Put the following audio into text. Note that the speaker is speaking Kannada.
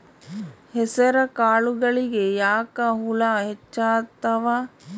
ಹೆಸರ ಕಾಳುಗಳಿಗಿ ಯಾಕ ಹುಳ ಹೆಚ್ಚಾತವ?